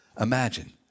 Imagine